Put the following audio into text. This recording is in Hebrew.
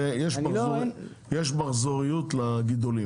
יש מחזוריות לגידולים